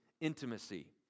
intimacy